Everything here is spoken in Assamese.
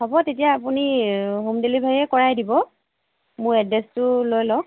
হ'ব তেতিয়া আপুনি হোম ডেলিভাৰিয়ে কৰাই দিব মোৰ এড্ৰেছটো লৈ লওক